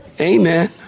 Amen